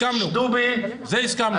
לזה הסכמנו.